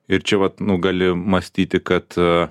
ir čia vat nu gali mąstyti kad